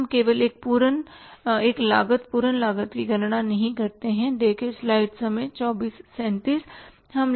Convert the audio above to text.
अब हम केवल एक लागत पूर्ण लागत की गणना नहीं करते हैं